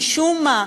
משום מה,